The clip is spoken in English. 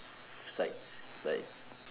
sites like